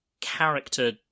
character